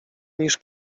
niż